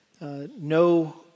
no